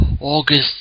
August